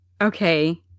okay